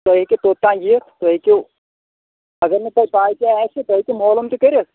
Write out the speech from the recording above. تُہۍ ہیٚکِو توٚتانۍ یِتھ تُہۍ ہیٚکِو اگر نہٕ تۄہہِ پاے تہِ آسہِ تُہۍ ہیٚکِو مولوٗم تہِ کٔرِتھ